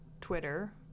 Twitter